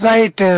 Right